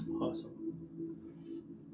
awesome